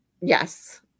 yes